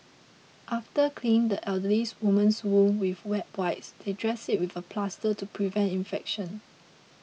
after cleaning the elderly woman's wound with wet wipes they dressed it with a plaster to prevent infection